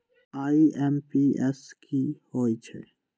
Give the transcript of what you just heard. IMPS की होईछइ?